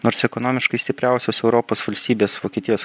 nors ekonomiškai stipriausios europos valstybės vokietijos